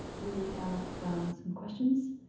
we have some questions.